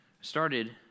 started